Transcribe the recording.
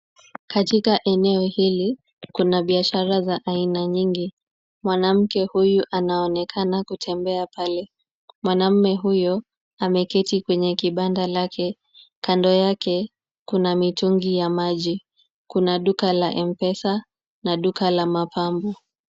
Katika eneo hili, kuna biashara za aina nyingi, Mwanamke huyu anaonekana kutembea pale. Mwanamme huyo ameketi kwenye kibanda lake. Kando yake kuna mitungi ya maji. Kuna duka la mpesa na duka la mapambo.